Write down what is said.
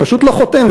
פשוט לא חותם,